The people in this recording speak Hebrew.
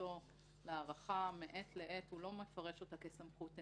סמכותו להארכה מעת לעת הוא לא מפרש אותה כסמכות אין-סופית.